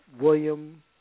William